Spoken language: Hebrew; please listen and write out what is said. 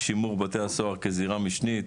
שימור בתי הסוהר כזירה משנית,